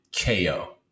KO